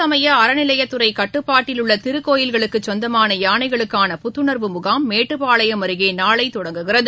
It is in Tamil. சமய அறநிலையத்துறை கட்டுப்பாட்டில் உள்ள திருக்கோவில்களுக்கு சொந்தமான இந்து யானைகளுக்கான புத்துணா்வு முகாம் மேட்டுப்பாளையம் அருகே நாளை தொடங்குகிறது